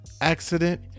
accident